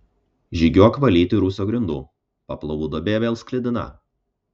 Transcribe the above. žygiuok valyti rūsio grindų paplavų duobė vėl sklidina